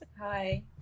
Hi